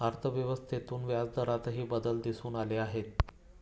अर्थव्यवस्थेतून व्याजदरातही बदल दिसून आले आहेत